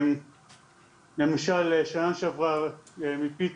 למשל, בשנה שעברה מפתי